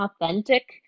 authentic